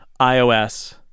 iOS